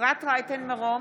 אפרת רייטן מרום,